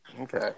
Okay